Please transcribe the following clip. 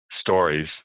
stories